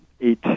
eight